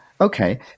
Okay